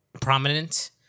prominent